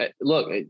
look